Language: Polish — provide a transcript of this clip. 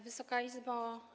Wysoka Izbo!